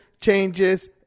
Changes